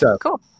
Cool